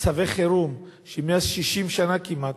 צווי חירום ש-60 שנה כמעט